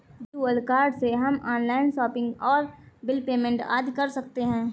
virtual card से हम online shopping और बिल पेमेंट आदि कर सकते है